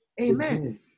Amen